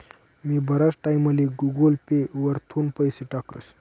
मी बराच टाईमले Google Pay वरथून पैसा टाकस